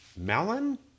Melon